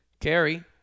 Carrie